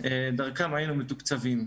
דרכם היינו מתוקצבים.